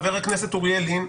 חבר הכנסת אוריאל לין,